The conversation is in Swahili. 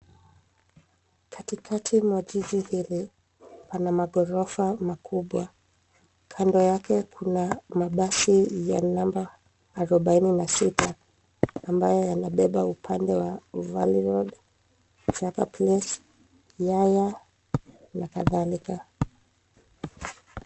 Katikati mwa jiji hili, pana maghorofa makubwa. Kando yake kuna mabasi ya namba arobaine na sita ambayo yanabeba upande wa Valley Road, Chaka Place, Yaya na kadhalika.